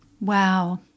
Wow